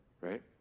right